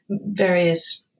various